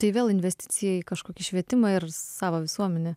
tai vėl investicija į kažkokį švietimą ir savą visuomenę